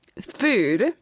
food